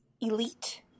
Elite